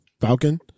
Falcon